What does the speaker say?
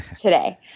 today